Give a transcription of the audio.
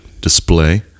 display